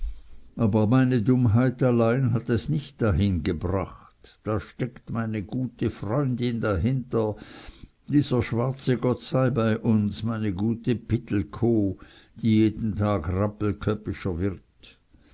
aber meine dummheit allein hat es nicht dahin gebracht da steckt meine gute freundin dahinter dieser schwarze gottseibeiuns meine gute pittelkow die jeden tag rappelköppischer wird